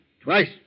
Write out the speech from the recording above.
Twice